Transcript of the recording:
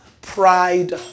pride